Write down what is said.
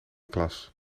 klas